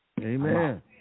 Amen